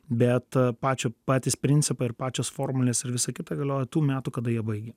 bet pačiąpatys principai ir pačios formulės ir visą kitą galioja tų metų kada jie baigia